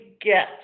get